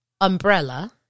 umbrella